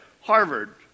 Harvard